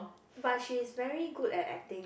but she is very good at acting